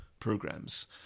programs